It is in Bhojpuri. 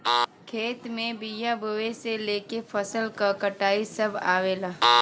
खेत में बिया बोये से लेके फसल क कटाई सभ आवेला